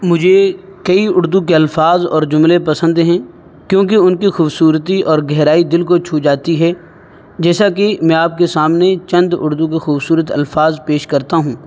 مجھے کئی اردو کے الفاظ اور جملے پسند ہیں کیونکہ ان کی خوبصورتی اور گہرائی دل کو چھو جاتی ہے جیسا کہ میں آپ کے سامنے چند اردو کے خوبصورت الفاظ پیش کرتا ہوں